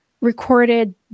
recorded